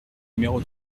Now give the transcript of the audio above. numéro